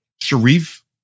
Sharif